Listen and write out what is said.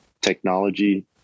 technology